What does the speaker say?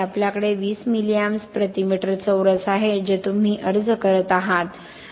आपल्याकडे 20 milli amps प्रति metre चौरस आहे जे तुम्ही अर्ज करत आहात